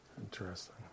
Interesting